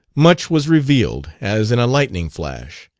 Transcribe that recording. much was revealed as in a lightning-flash,